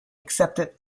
accepted